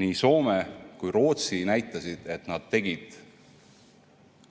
Nii Soome kui ka Rootsi näitasid, et nad tegid